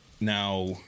Now